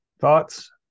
Thoughts